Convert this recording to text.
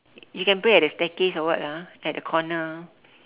you can pray at the staircase or what lah at the corner